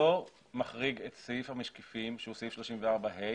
לא מחריג את סעיף המשקיפים שהוא סעיף 34 (ה)